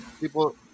people